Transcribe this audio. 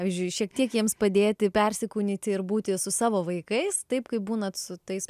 pavyzdžiui šiek tiek jiems padėti persikūnyti ir būti su savo vaikais taip kaip būnat su tais